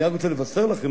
אני רק רוצה לבשר לכם,